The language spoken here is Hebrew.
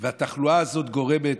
והתחלואה הזאת גורמת,